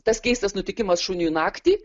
tas keistas nutikimas šuniui naktį